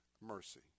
mercy